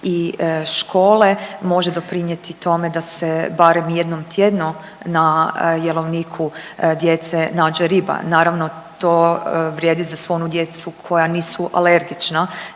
i škole može doprinijeti tome da se barem jednom tjedno na jelovniku djece nađe riba. Naravno, to vrijedi za svu onu djecu koja nisu alergična